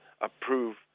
approve